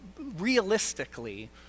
realistically